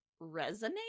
resonate